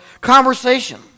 conversation